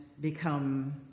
become